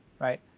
right